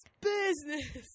business